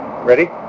Ready